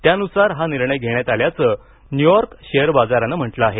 त्यानुसार हा निर्णय घेण्यात आल्याचं न्यूयॉर्क शेअर बाजारानं म्हटलं आहे